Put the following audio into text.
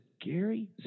Gary